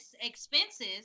expenses